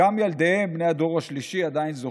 גם ילדיהם, בני הדור השלישי, עדיין זוכרים.